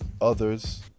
Others